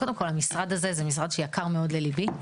המשרד הזה הוא משרד שיקר מאוד לליבי,